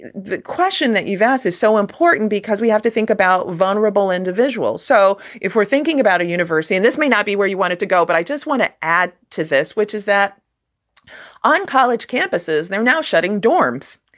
the question that you've asked is so important, because we have to think about vulnerable individuals. so if we're thinking about a university, this may not be where you wanted to go. but i just want to add to this, which is that on college campuses, they're now shutting dorms.